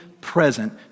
present